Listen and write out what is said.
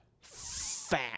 Fat